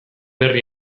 berri